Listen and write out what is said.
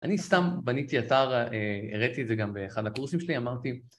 אני סתם בניתי אתר, הראתי את זה גם באחד הקורסים שלי, אמרתי...